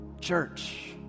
Church